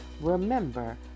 Remember